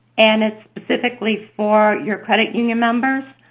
and it's specifically for your credit union members.